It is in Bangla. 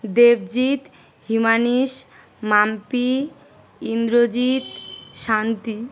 দেবজিৎ হিমানীশ মাম্পি ইন্দ্রজিৎ শান্তি